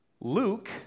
Luke